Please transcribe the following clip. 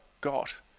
got